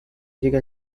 llegue